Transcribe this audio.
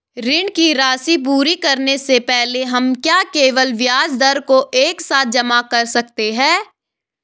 ऋण की राशि पूरी करने से पहले हम क्या केवल ब्याज दर को एक साथ जमा कर सकते हैं?